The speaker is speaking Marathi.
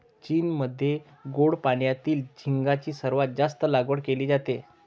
चीनमध्ये गोड पाण्यातील झिगाची सर्वात जास्त लागवड केली जाते